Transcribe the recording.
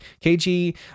KG